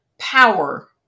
Power